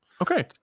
Okay